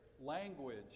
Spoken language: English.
language